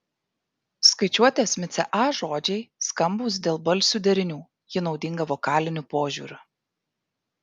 skaičiuotės micė a žodžiai skambūs dėl balsių derinių ji naudinga vokaliniu požiūriu